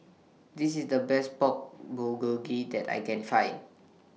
This IS The Best Pork Bulgogi that I Can Find